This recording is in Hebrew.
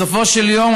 בסופו של יום,